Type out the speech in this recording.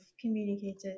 communicated